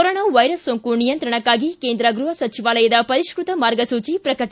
corona virus ಸೋಂಕು ನಿಯಂತ್ರಣಕ್ಕಾಗಿ ಕೇಂದ್ರ ಗೃಹ ಸಚಿವಾಲಯದ ಪರಿಷ್ಣತ ಮಾರ್ಗಸೂಚಿ ಪ್ರಕಟ